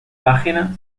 páginas